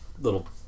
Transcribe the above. little